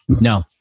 No